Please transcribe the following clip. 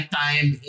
time